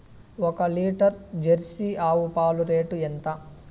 ఒక litre Jersey ఆవు పాలు రేటు ఎంత?